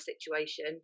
situation